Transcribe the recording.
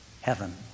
heaven